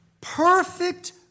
perfect